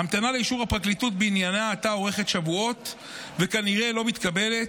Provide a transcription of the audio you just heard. ההמתנה לאישור הפרקליטות בעניינה הייתה אורכת שבועות וכנראה לא מתקבלת,